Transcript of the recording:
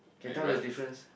can tell the difference